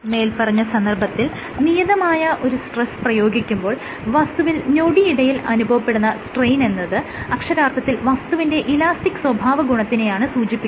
മേല്പറഞ്ഞ സന്ദർഭത്തിൽ നിയതമായ ഒരു സ്ട്രെസ് പ്രയോഗിക്കുമ്പോൾ വസ്തുവിൽ ഞൊടിയിടയിൽ അനുഭവപ്പെടുന്ന സ്ട്രെയിൻ എന്നത് അക്ഷരാർത്ഥത്തിൽ വസ്തുവിന്റെ ഇലാസ്റ്റിക് സ്വഭാവ ഗുണത്തിനെയാണ് സൂചിപ്പിക്കുന്നത്